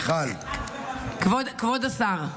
כבוד השר,